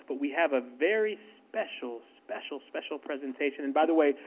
but we have a very special, special, special presentation. and, by the way,